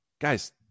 guys